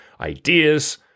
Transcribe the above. ideas